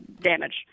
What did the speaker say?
damage